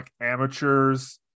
amateurs